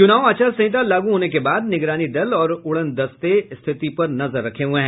चुनाव आचार संहिता लागू होने के बाद निगरानी दल और उडन दस्ते स्थिति पर नजर रखे हुए हैं